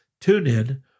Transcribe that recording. TuneIn